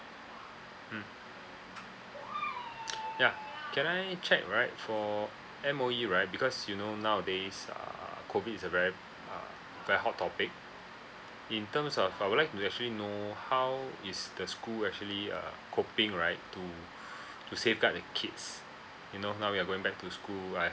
mm ya can I check right for M_O_E right because you know nowadays err COVID is a very uh very hot topic in terms of I would like to actually know how is the school actually uh coping right to to safeguard the kids you know now we're going back to school I